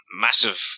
massive